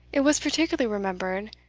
it was particularly remembered,